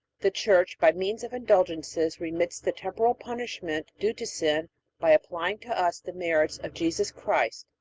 the church by means of indulgences remits the temporal punishment due to sin by applying to us the merits of jesus christ,